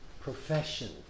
profession